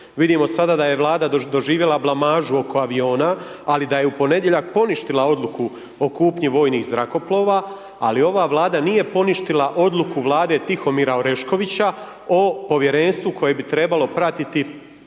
vidimo da sada da je Vlada doživjela blamažu oko aviona ali da je u ponedjeljak poništila odluku o kupnji vojnih zrakoplova ali ova Vlada nije poništila odluku Vlade Tihomira Oreškovića o povjerenstvu koje bi trebalo pratiti